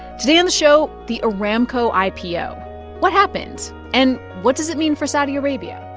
today on the show, the aramco ipo what happens? and what does it mean for saudi arabia?